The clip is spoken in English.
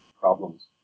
problems